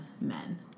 men